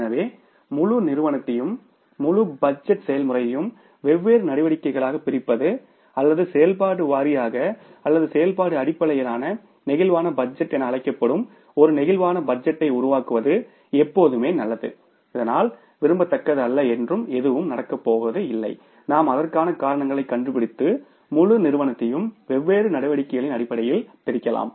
எனவே முழு நிறுவனத்தையும் முழு பட்ஜெட் செயல்முறையையும் வெவ்வேறு நடவடிக்கைகளாகப் பிரிப்பது அல்லது செயல்பாட்டு வாரியாக அல்லது செயல்பாட்டு அடிப்படையிலான பிளேக்சிபிள் பட்ஜெட் என அழைக்கப்படும் ஒரு பிளேக்சிபிள் பட்ஜெட்டை உருவாக்குவது எப்போதுமே நல்லது இதனால் விரும்பத்தக்கதல்ல என்று எதுவும் நடக்கும்போது நாம் அதற்கான காரணங்களை கண்டுபிடித்து முழு நிறுவனத்தையும் வெவ்வேறு நடவடிக்கைகளின் அடிபடையில் பிரிக்கலாம்